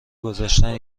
گذشتن